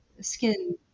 skin